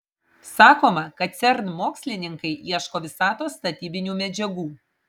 sakoma kad cern mokslininkai ieško visatos statybinių medžiagų